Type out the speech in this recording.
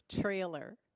trailer